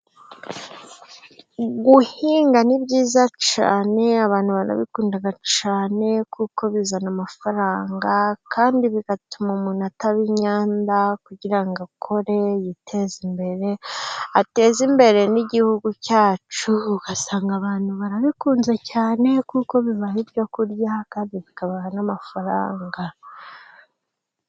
Guhinga ni byiza cyane, abantu barabikundaga cyane, kuko bizana amafaranga, kandi bigatuma umuntu ataba inyanda, kugirango akore, yiteze imbere, ateze imbere n'igihugu cyacu, ugasanga abantu barabikunze cyane kuko bibaha ibyo kurya kandi bikabaha n'amafaranga.